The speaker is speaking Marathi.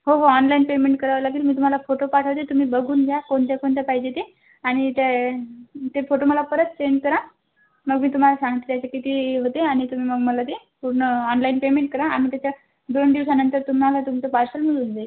हो हो ऑनलाईन पेमेंट करावं लागेल मी तुम्हाला फोटो पाठवते तुम्ही बघून घ्या कोणते कोणते पाहिजे ते आणि त्या ते फोटो मला परत सेन्ड करा मग मी तुम्हाला सांगते ह्याचे किती होतील आणि तुम्ही मग मला ते पूर्ण ऑनलाईन पेमेंट करा आणि त्याच्या दोन दिवसानंतर तुम्हाला तुमचं पार्सल मिळून जाईल